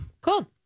Cool